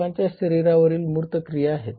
हे लोकांच्या शरीरावरील मूर्त क्रिया आहेत